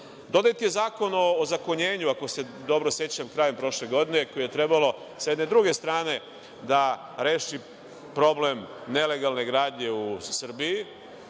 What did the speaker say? je Zakon o ozakonjenju, ako se dobro sećam, krajem prošle godine, koji je trebalo sa jedne druge strane da reši problem nelegalne gradnje u Srbiji.